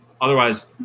Otherwise